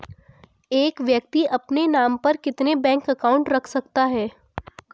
एक व्यक्ति अपने नाम पर कितने बैंक अकाउंट रख सकता है?